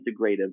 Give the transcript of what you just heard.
integrative